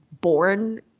born